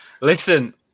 listen